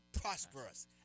prosperous